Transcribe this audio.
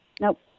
Nope